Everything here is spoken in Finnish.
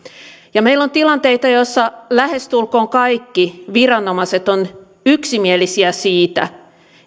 meillä on tilanteita joissa lähestulkoon kaikki viranomaiset ovat yksimielisiä siitä